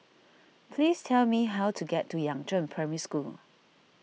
please tell me how to get to Yangzheng Primary School